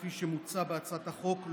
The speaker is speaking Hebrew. כפי שמוצע בהצעת החוק,